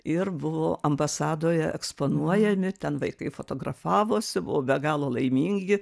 ir buvo ambasadoje eksponuojami ten vaikai fotografavosi buvo be galo laimingi